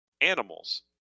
animals